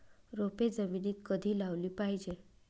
रोपे जमिनीत कधी लावली पाहिजे?